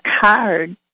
card